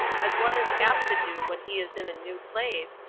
as one is apt to do when he is in a new place,